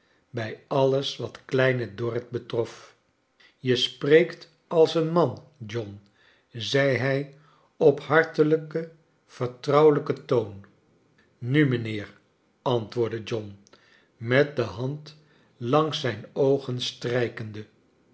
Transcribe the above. bij alles wat kleine dorrit betrof je spreekt als een man john zei hij op hartelijken vertrouwelijken toon nu mijnheer antwoordde john met de hand langs zijn oogen strijkende